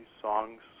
songs